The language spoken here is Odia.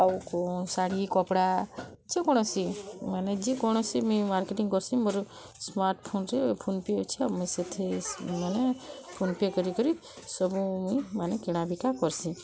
ଆଉ କୋଉ ଶାଢ଼ୀ କପଡ଼ା ଯେ କୌଣସି ମାନେ ଯେ କୌଣସି ମାର୍କେଟିଂ କରୁସି ମୋର ସ୍ମାର୍ଟ ଫୋନ୍ରେ ଫୋନ୍ ପେ ଅଛି ମୁଁ ସେଥିରେ ମାନେ ଫୋନ୍ ପେ କରି କରି ସବୁ ମାନେ କିଣା ବିକା କର୍ସି